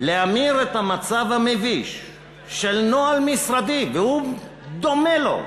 להמיר את המצב המביש של נוהל משרדי, והוא דומה לו,